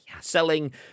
selling